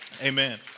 Amen